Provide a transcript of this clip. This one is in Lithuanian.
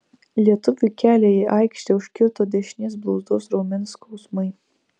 lietuviui kelią į aikštę užkirto dešinės blauzdos raumens skausmai